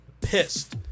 pissed